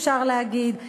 אפשר להגיד,